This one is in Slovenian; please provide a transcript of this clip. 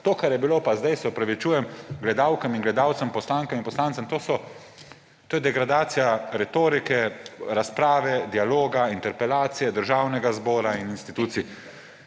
to, kar je bilo pa zdaj, se opravičujem gledalkam in gledalcem, poslankam in poslancem, to je degradacija retorike, razprave, dialoga, interpelacije, Državnega zbora in institucij.